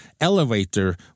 elevator